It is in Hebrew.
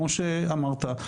כמו שאמרת,